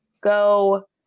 go